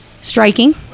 striking